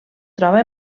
troba